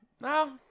No